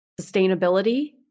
sustainability